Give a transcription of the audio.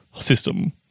system